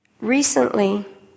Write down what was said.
Recently